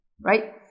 right